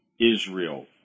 Israel